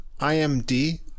IMD